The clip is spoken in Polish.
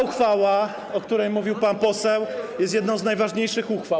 Uchwała, o której mówił pan poseł, jest jedną z najważniejszych uchwał.